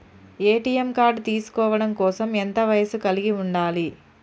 ATM card తీసుకోవడం కోసం ఎంత వయస్సు కలిగి ఉండాలి?